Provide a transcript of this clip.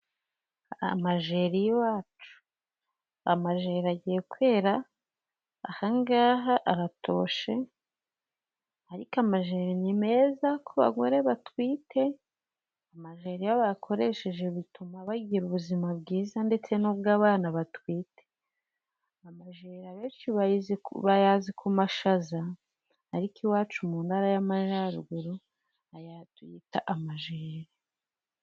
Amajeri y'iwacu, amajeri agiye kwera. Aha ngaha aratoshye. Ariko amajeri ni meza ku bagore batwite amajeri iyo bayakoresheje bituma bagira ubuzima bwiza ndetse n'ubw'abana batwite. Amajeri abenshi bayazi ku mashaza, ariko iwacu mu ntara y'Amajyaruguru aya tuyita amajeri.